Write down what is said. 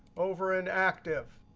over in active,